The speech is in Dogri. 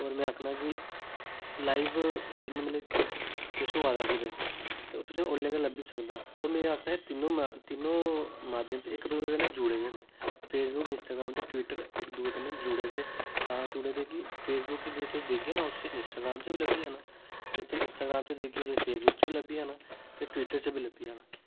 होर में आखना कि लाइव जियां मतलब किश किश होआ दा कुतै ते ओह् तुसेंई ओह्लै गै लब्भी सकदा होर मेरा आखना तिनों मतलब तिनों माध्यम इक दूए कन्नै जुड़े दे न फेसबुक इंस्टाग्राम ते टवीटर इक दूए कन्नै जुड़े दे तां जुड़े दे कि फेसबुक च जे तुस दिक्खगे न ओह् तुसेंई इंस्टाग्रांम च बी लब्भी जाना जे तुस इंस्टाग्रांम च दिक्खगे ओ तां फेसबुक च बी लब्भी जाना ते टवीटर च बी लब्भी जाना